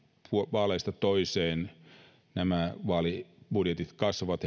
vaaleista toiseen henkilökohtaiset vaalibudjetit kasvavat